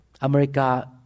America